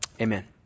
Amen